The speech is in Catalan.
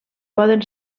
poden